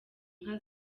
inka